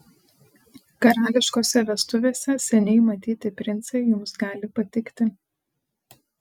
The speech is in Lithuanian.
karališkose vestuvėse seniai matyti princai jums gali patikti